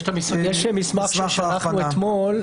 מסמך ששלחנו אתמול,